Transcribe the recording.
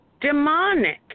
demonic